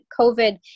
COVID